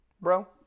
bro